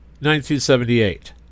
1978